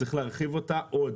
צריך להרחיב אותה עוד,